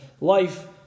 life